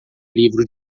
livro